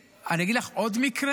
אני אגיד לך עוד מקרה.